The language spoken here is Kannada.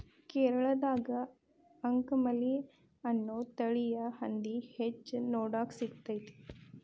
ಕೇರಳದಾಗ ಅಂಕಮಲಿ ಅನ್ನೋ ತಳಿಯ ಹಂದಿ ಹೆಚ್ಚ ನೋಡಾಕ ಸಿಗ್ತೇತಿ